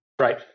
Right